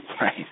Right